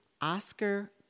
Oscar